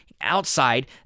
outside